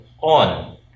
on